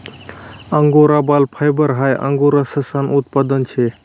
angora बाल fibre हाई angora ससानं उत्पादन शे